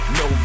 no